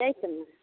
कै सबमे